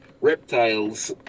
reptiles